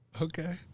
Okay